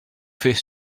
fait